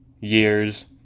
years